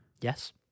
Yes